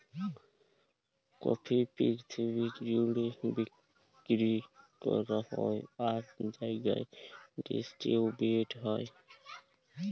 coffee পিরথিবি জ্যুড়ে বিক্কিরি ক্যরা হ্যয় আর জায়গায় ডিসটিরিবিউট হ্যয়